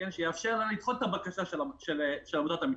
שיאפשר לה לדחות את הבקשה של עמותת המצפה.